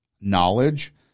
knowledge